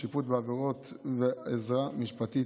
שיפוט בעבירות ועזרה משפטית),